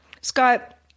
Scott